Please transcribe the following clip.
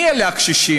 מי אלה הקשישים?